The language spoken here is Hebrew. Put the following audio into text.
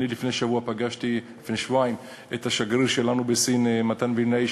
לפני שבועיים פגשתי את השגריר שלנו בסין מתן וילנאי,